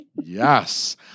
Yes